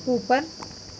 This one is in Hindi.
ऊपर